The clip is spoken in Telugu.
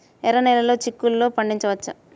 ఎర్ర నెలలో చిక్కుల్లో పండించవచ్చా?